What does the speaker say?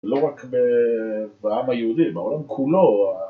לא רק בעם היהודי, בעולם כולו